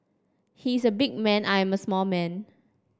he is a big man I am a small man